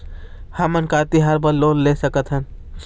हमन का तिहार बर लोन ले सकथन?